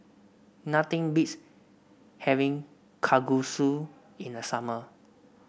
nothing beats having Kalguksu in the summer